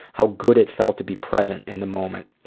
how good it felt to be present in the moment.